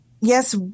yes